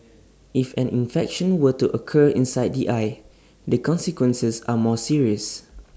if an infection were to occur inside the eye the consequences are more serious